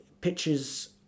pictures